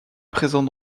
présent